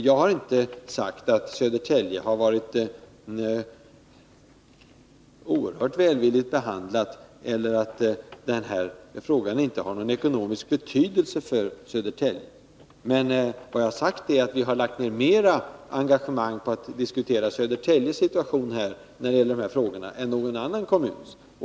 Jag har inte sagt att Södertälje har blivit oerhört välvilligt behandlat eller att frågan inte har någon ekonomisk betydelse för Södetälje. Däremot har jag sagt att vi har engagerat oss mera i diskussionen om Södertäljes situation beträffande de här frågorna än när det gällt någon annan kommun.